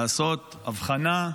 לעשות הבחנה: